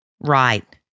Right